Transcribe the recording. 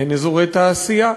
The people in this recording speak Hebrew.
אין אזורי תעשייה.